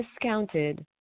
discounted